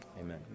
Amen